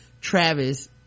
travis